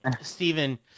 Stephen